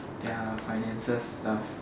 their finances stuff